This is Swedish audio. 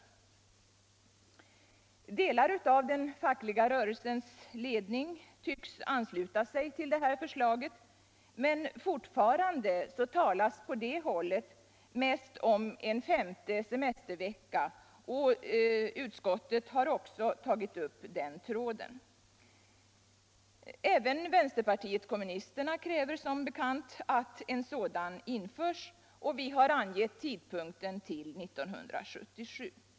Delar av den fackliga rörelsens ledning tycks ansluta sig till detta förslag, men fortfarande talas på det hållet mest om en femte semestervecka, och utskottet har också tagit upp den tråden. Även vänsterpartiet kommunisterna kräver som bekant att den femte semesterveckan införs, och vi har angivit tidpunkten till 1977.